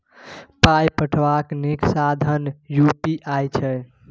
पाय पठेबाक नीक साधन यू.पी.आई छै